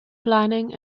planning